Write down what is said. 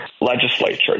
legislature